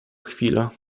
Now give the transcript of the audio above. chwila